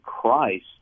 Christ